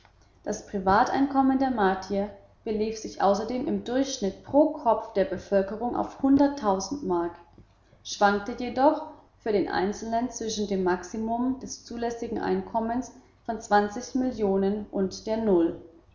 das privateinkommen der martier belief sich außerdem im durchschnitt pro kopf der bevölkerung auf mark schwankte jedoch für den einzelnen zwischen dem maximum des zulässigen einkommens von zwanzig millionen und der null